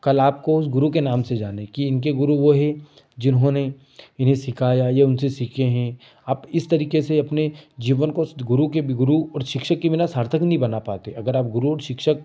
कल आपको उस गुरू के नाम से जानें कि इनके गुरू वो हैं जिन्होंने इन्हें सिखाया ये उनसे सीखे हैं आप इस तरीके से अपने जीवन को उस गुरू के भी गुरू और शिक्षक के बिना सार्थक नहीं बना पाते अगर आप गुरू और शिक्षक